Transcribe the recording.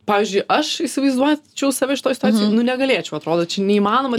pavyzdžiui aš įsivaizduočiau save šitoj situacijoj negalėčiau atrodo čia neįmanoma